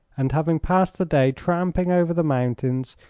and, having passed the day tramping over the mountains,